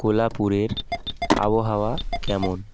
কোলাপুরের আবহাওয়া কেমন